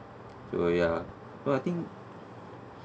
so ya well I think